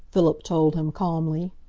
philip told him calmly.